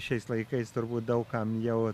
šiais laikais turbūt daug kam jau